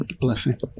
blessing